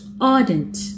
ardent